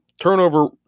turnover